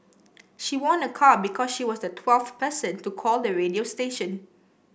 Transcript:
she won a car because she was the twelfth person to call the radio station